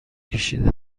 کشیده